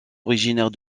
originaire